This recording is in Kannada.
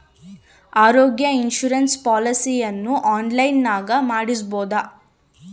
ಆರೋಗ್ಯ ಇನ್ಸುರೆನ್ಸ್ ಪಾಲಿಸಿಯನ್ನು ಆನ್ಲೈನಿನಾಗ ಮಾಡಿಸ್ಬೋದ?